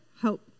hope